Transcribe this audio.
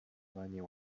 wanie